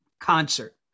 concert